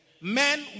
Men